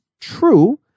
true